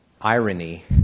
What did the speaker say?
irony